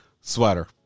Sweater